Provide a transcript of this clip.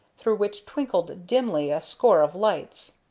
through which twinkled dimly a score of lights.